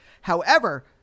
However-